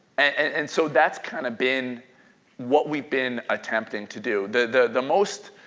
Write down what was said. and so that's kind of been what we've been attempting to do. the the most,